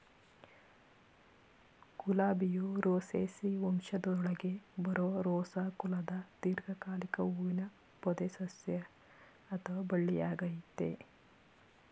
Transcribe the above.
ಗುಲಾಬಿಯು Rosaceae ವಂಶದೊಳಗೆ ಬರೋ Rosa ಕುಲದ ದೀರ್ಘಕಾಲಿಕ ಹೂವಿನ ಪೊದೆಸಸ್ಯ ಅಥವಾ ಬಳ್ಳಿಯಾಗಯ್ತೆ